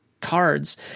cards